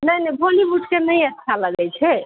नहि नहि बॉलीवुडके नहि अच्छा लगैत छै